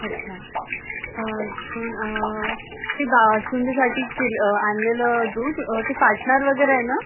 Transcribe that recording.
अच्छा ते बासुंदीसाठी किल आणलेलं दूध ते फाटणार वगैरे ना